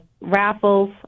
raffles